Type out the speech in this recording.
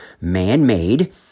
Man-made